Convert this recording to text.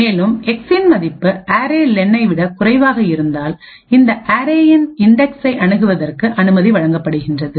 மேலும் எக்ஸின் மதிப்பு அரே லென்array lenஐ விட குறைவாக இருந்தால் இந்த அரேயின் இன்டெக்சை அணுகுவதற்கு அனுமதி வழங்கப்படுகின்றது